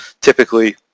typically